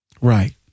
Right